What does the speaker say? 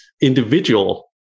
individual